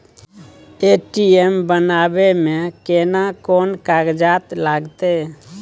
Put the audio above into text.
ATM बनाबै मे केना कोन कागजात लागतै?